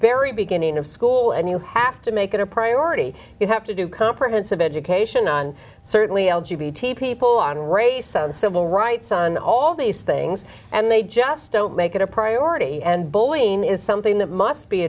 very beginning of school and you have to make it a priority you have to do comprehensive education on certainly l g b t people on race and civil rights on all these things and they just don't make it a priority and bullying is something that must be